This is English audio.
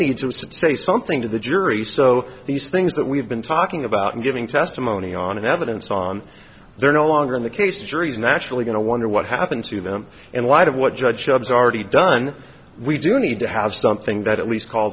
need to say something to the jury so these things that we've been talking about and giving testimony on evidence on they're no longer in the case the jury's naturally going to wonder what happened to them and light of what judge chubs already done we do need to have something that at least call